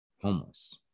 homeless